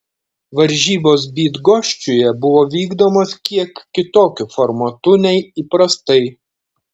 varžybos bydgoščiuje buvo vykdomos kiek kitokiu formatu nei įprastai